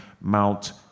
Mount